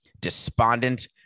Despondent